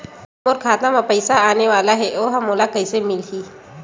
मोर खाता म पईसा आने वाला हे ओहा मोला कइसे मिलही?